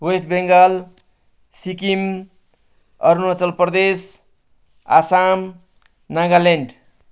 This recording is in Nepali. वेस्ट बेङ्गाल सिक्किम अरुणाचल प्रदेश आसाम नागाल्यान्ड